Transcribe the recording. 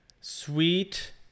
Sweet